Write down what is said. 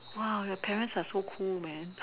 !wow! your parents are so cool man